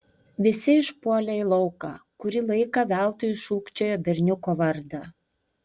visi išpuolė į lauką kurį laiką veltui šūkčiojo berniuko vardą